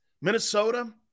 Minnesota